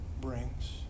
brings